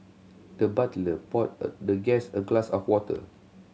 the butler poured the guest a glass of water